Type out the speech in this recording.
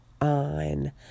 on